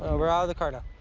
ah we're out of the car now.